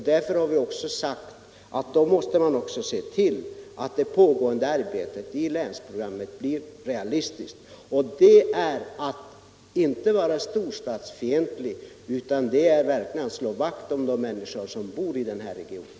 Därför har vi också uttalat att man måste se till att det pågående arbetet med länsprogrammen blir realistiskt. Det är inte att vara storstadsfientlig, utan det är verkligen att slå vakt om de människor som bor i den här regionen.